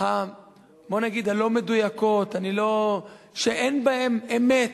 בוא נגיד, הלא-מדויקות, אני לא, שאין בהן אמת,